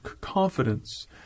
confidence